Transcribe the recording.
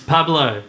Pablo